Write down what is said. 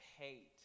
hate